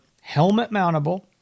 helmet-mountable